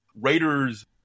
raiders